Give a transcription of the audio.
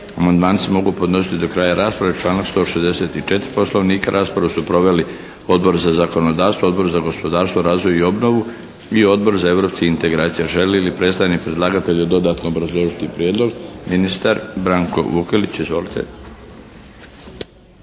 Amandmani se mogu podnositi do kraja rasprave, članak 164. poslovnika. Raspravu su proveli Odbor za zakonodavstvo, Odbor za gospodarstvo, razvoj i obnovu i Odbor za europske integracije. Želi li predstavnik predlagatelja dodatno obrazložiti prijedlog? Ministar Branko Vukelić. Izvolite.